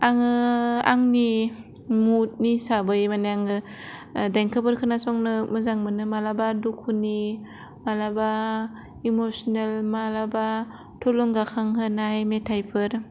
आङो आंनि मुदनि हिसाबै मानि आङो देंखोफोर खोनासंनो मोजां मोनो माब्लाबा दुखुनि माब्लाबा इम'सनेल माब्लाबा थुलुंगाखांहोनाय मेथाइफोर